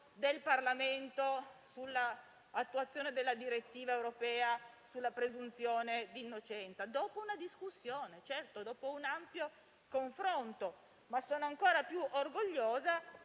del Parlamento sull'attuazione della direttiva europea sulla presunzione di innocenza. Lo si è fatto dopo una discussione, certo, dopo un ampio confronto, ma sono ancora più orgogliosa